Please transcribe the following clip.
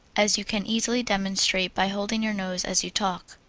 as you can easily demonstrate by holding your nose as you talk.